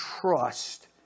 trust